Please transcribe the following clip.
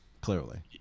clearly